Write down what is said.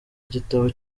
igitabo